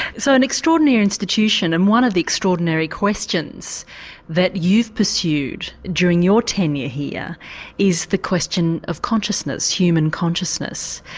so an extraordinary institution, and one of the extraordinary questions that you've pursued during your tenure here is the question of consciousness, human consciousness.